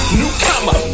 newcomer